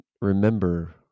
remember